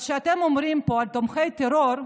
אז כשאתם אומרים פה על תומכי טרור,